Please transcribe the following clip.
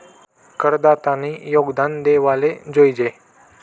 करदातानी योगदान देवाले जोयजे